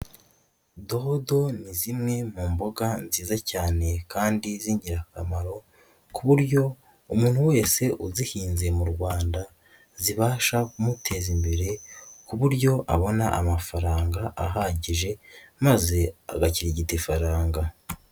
Dodo ni zimwe mu mboga nziza cyane kandi z'ingirakamaro, ku buryo umuntu wese uzihinze mu Rwanda zibasha kumuteza imbere ku buryo abona amafaranga ahagije, maze agakirigita ifaranga.